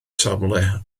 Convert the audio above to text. safle